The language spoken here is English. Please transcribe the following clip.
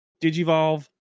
Digivolve